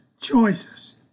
choices